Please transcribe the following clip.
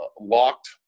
Locked